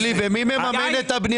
ומי מממן את הבנייה של כל זה?